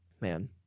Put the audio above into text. man